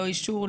בלי אישור,